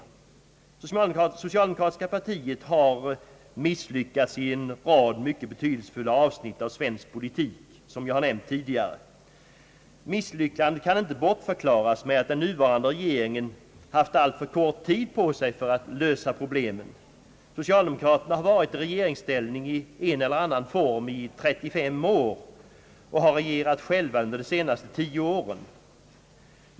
Det socialdemokratiska partiet har misslyckats i en rad mycket betydelsefulla avsnitt av svensk politik, som jag har nämnt tidigare. Misslyckandet kan inte bortförklaras med att den nuvarande regeringen haft alltför kort tid på sig för att lösa problemen. Socialdemokraterna har varit i regeringsställning i en eller annan form under 35 år och har regerat själva under de senaste 10 åren.